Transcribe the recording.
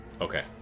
Okay